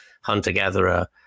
hunter-gatherer